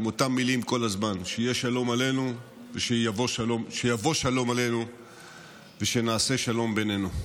עם אותן מילים כל הזמן: שיבוא שלום עלינו ושנעשה שלום בינינו.